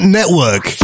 Network